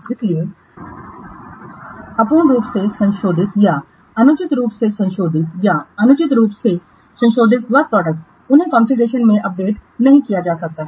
इसलिए अपूर्ण रूप से संशोधित या अनुचित रूप से संशोधित या अनुचित रूप से संशोधित वर्क प्रोडक्टसों उन्हें कॉन्फ़िगरेशन में अपडेट नहीं किया जा सकता है